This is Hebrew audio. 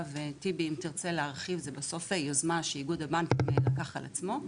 זו יוזמה שאיגוד הבנקים לקח על עצמו,